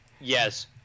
yes